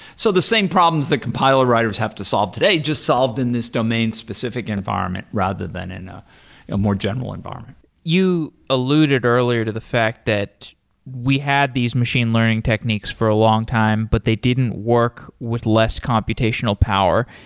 so the same problems that compiler writers have to solve today just solved in this domain-specific environment, rather than in ah a more general environment you alluded earlier to the fact that we had these machine learning techniques for a long time, but they didn't work with less computational power.